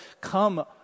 come